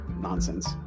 nonsense